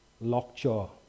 lockjaw